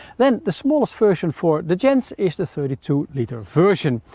then, the smallest version for the gents is the thirty two liter version.